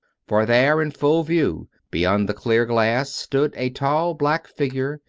for there, in full view beyond the clear glass stood a tall, black figure,